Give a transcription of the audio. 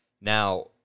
Now